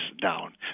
down